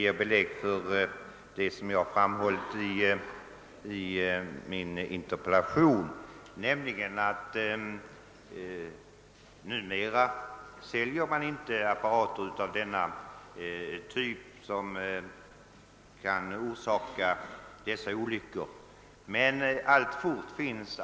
Det ger belägg för det som jag i interpellationen framhållit, nämligen att det numera inte säljs antenner av den typ som kan förorsaka olyckor av det slag jag berört.